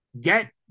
Get